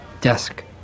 Desk